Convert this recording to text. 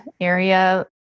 area